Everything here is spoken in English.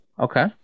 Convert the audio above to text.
okay